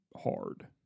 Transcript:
hard